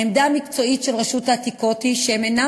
העמדה המקצועית של רשות העתיקות היא שהם אינם